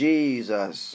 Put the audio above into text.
Jesus